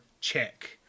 check